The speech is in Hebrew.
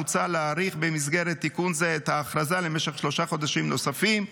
מוצע להאריך במסגרת תיקון זה את ההכרזה למשך שלושה חודשים נוספים,